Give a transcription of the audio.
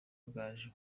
gaju